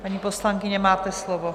Paní poslankyně, máte slovo.